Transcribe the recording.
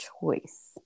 choice